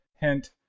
hint